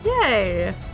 yay